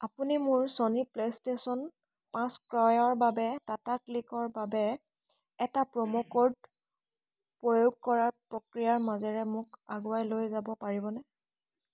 আপুনি মোৰ Sony PlayStation পাঁচ ক্ৰয়ৰ বাবে টাটা ক্লিকৰ বাবে এটা প্ৰম' কোড প্ৰয়োগ কৰাৰ প্ৰক্ৰিয়াৰ মাজেৰে মোক আগুৱাই লৈ যাব পাৰিবনে